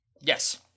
Yes